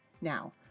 now